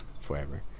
forever